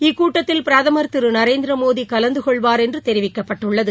இக்கூட்டத்தில் பிரதமர் திரு நரேந்திரமோடி கலந்தகொள்வார் என்று தெரிவிக்கப்பட்டுள்ளது